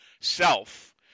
self